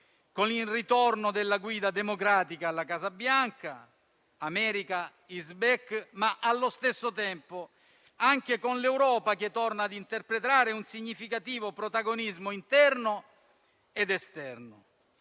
con il ritorno della guida democratica alla Casa Bianca, *America is back*, ma, allo stesso tempo, anche con l'Europa che torna ad interpretare un significativo protagonismo interno ed esterno.